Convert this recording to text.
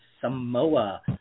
Samoa